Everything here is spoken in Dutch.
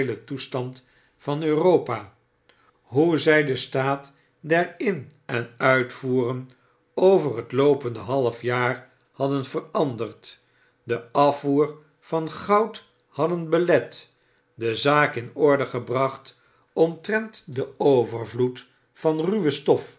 toestand van europa hoe zij den staat der in en uitvoeren over het loopende half jaar hadden veranderd den afvoer van goud hadden belet de zaak in orde gebracht omtrent den overvloed van ruwe stof